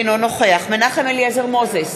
אינו נוכח מנחם אליעזר מוזס,